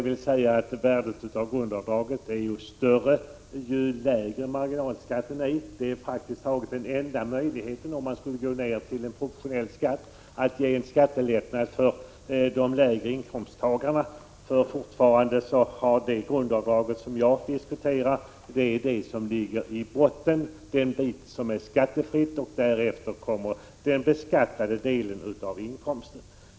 Det värdet är större ju lägre marginalskatten är. Det är praktiskt taget den enda möjligheten att ge en skattelättnad för de lägre inkomsttagarna om man skall behålla en proportionell skatt. När det gäller det grundavdrag som jag diskuterar är fortfarande den bit som ligger i botten skattefri. Därefter kommer den beskattade delen av inkomsten.